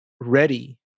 ready